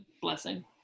blessing